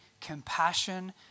compassion